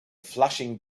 flashing